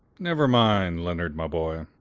never mind, leonard, my boy,